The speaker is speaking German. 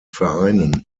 vereinen